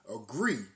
Agree